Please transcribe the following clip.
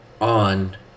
on